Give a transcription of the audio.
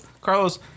Carlos